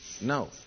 No